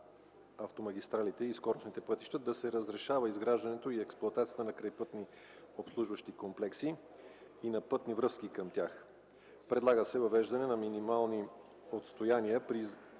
на автомагистралите и скоростните пътища да се разрешава изграждането и експлоатацията на крайпътни обслужващи комплекси и на пътни връзки към тях. Предлага се въвеждане на минимални отстояния